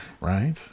Right